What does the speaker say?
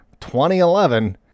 2011